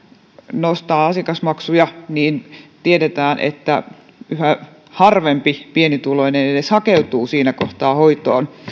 nostaa asiakasmaksuja niin tiedetään että yhä harvempi pienituloinen edes hakeutuu siinä kohtaa hoitoon